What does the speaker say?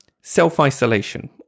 self-isolation